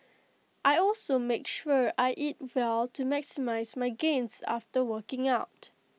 I also make sure I eat well to maximise my gains after working out